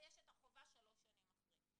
ויש את החובה שלוש שנים אחרי.